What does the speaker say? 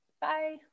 Bye